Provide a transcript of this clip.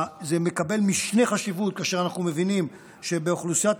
זה מקבל משנה חשיבות כאשר אנחנו מבינים שבאוכלוסיית